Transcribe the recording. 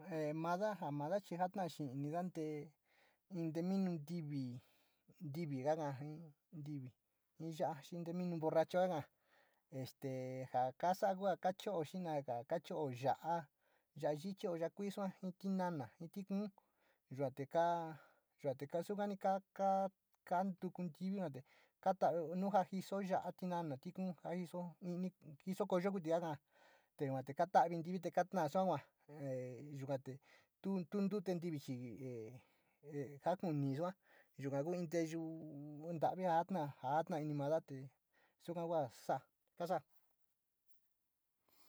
Jee mada ja mada jataixiinida nte in te minu ntivi, ntivi kaka ñti’ ntivi ji ya´a te minu borrachu kaka´a este ja kasa´a kua cho´o xinaga cho´o yo´a, yaa yichi o ya´a kui sua ja tiñona, ji ñtiki, yuu te kaa sokañi ka ka karto ku ñtiñi te kor taa vio nu ja jise yaja, tiñono ñti’kun ja jiso ñtiñi jiso ko kokoñi taka’o yue ja katuvi ñtiñi katañi soo kua e yuka te tutu, ntivi xi ee kakani sua yuka ku in teyuu ntavi jaa ka jajata ini mada suka kua saa kasaa.